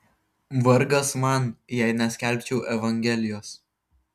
vargas man jei neskelbčiau evangelijos